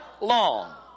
long